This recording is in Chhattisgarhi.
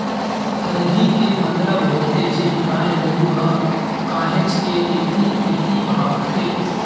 हरही के मतलब होथे जेन गाय गरु ह काहेच के ऐती तेती भागथे